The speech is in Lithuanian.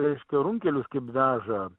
reiškia runkelius kaip veža